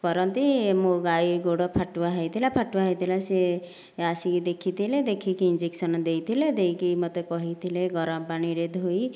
କରନ୍ତି ମୋ ଗାଈ ଗୋଡ଼ ଫାଟୁଆ ହୋଇଥିଲା ଫାଟୁଆ ହୋଇଥିଲା ସିଏ ଆସିକି ଦେଖିଥିଲେ ଦେଖିକି ଇଞ୍ଜେକ୍ସନ୍ ଦେଇଥିଲେ ଦେଇକି ମୋତେ କହିଥିଲେ ଗରମ ପାଣିରେ ଧୋଇ